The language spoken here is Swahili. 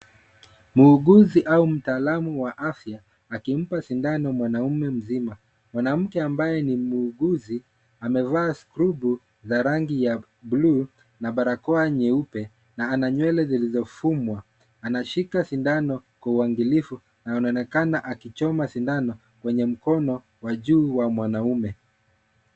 Muuguzi au mtaalamu wa afya akimpa sindano mwanamume mzima. Mwanamke ambaye ni muuguzi amevaa skrabu na rangi ya bluu na barakoa nyeupe na ana nywele zilizofumwa, anashika sindano kwa uangalifu, na wanaonekana akichoma sindano kwenye mkono wa juu wa mwanamume.